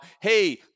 hey